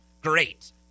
Great